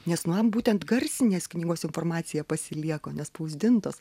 nes man būtent garsinės knygos informacija pasilieka nespausdintos